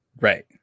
Right